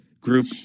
group